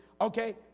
okay